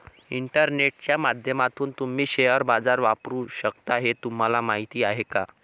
इंटरनेटच्या माध्यमातून तुम्ही शेअर बाजार वापरू शकता हे तुम्हाला माहीत आहे का?